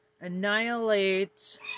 annihilate